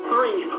Three